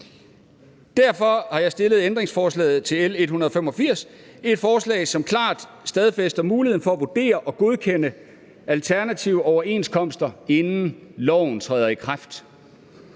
Derfor har jeg stillet ændringsforslaget til L 185, et forslag, som klart stadfæster muligheden for at vurdere og godkende alternative overenskomster, inden loven træder i kraft.